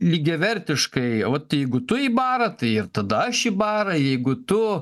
lygiavertiškai va jeigu tu į barą tai ir tada aš į barą jeigu tu